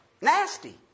Nasty